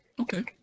Okay